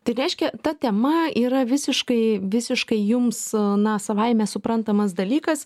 tai reiškia ta tema yra visiškai visiškai jums na savaime suprantamas dalykas